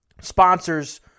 sponsors